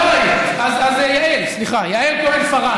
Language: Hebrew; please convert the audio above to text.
לא היא, אז יעל כהן-פארן,